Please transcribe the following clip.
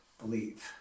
believe